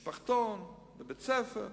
משפחתון, בית-ספר.